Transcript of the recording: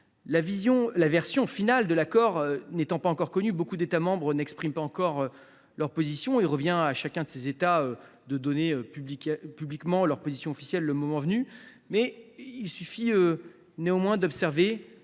La version finale de l’accord n’étant pas encore connue, nombreux sont les États membres qui n’expriment pas encore leur position ; il revient à chacun des États de donner publiquement sa position officielle le moment venu. Il suffit néanmoins d’observer